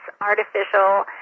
artificial